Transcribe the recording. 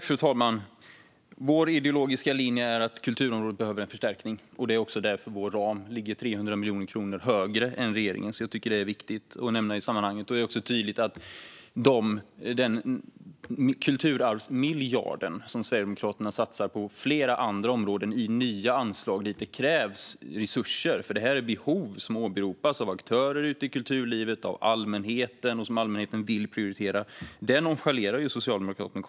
Fru talman! Vår ideologiska linje är att kulturområdet behöver en förstärkning, och det är också därför vår ram ligger 300 miljoner kronor högre än regeringens. Jag tycker att det är viktigt att nämna i sammanhanget. Sverigedemokraterna satsar en kulturarvsmiljard på flera andra områden i nya anslag där det krävs resurser. Det här är ju behov som åberopas av aktörer ute i kulturlivet och av allmänheten som vill prioritera dem. Men detta nonchaleras konstant av Socialdemokraterna.